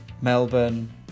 Melbourne